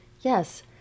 Yes